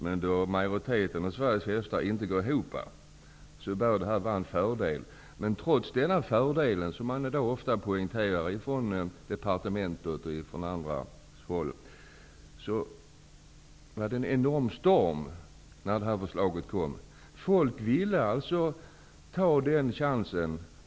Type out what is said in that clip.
Men eftersom huvuddelen av Sveriges travhästar inte går ihop bör det nu gällande systemet vara en fördel. Men trots denna fördel, som ofta framhålls av departementet och på andra håll, blev det en enorm storm när detta förslag kom. Folk ville ta denna chans.